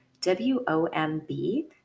W-O-M-B